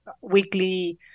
weekly